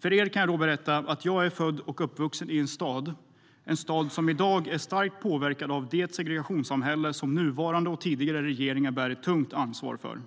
För er kan jag då berätta att jag är född och uppvuxen i en stad som i dag är starkt påverkad av det segregationssamhälle som nuvarande och tidigare regeringar bär ett tungt ansvar för.